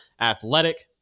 athletic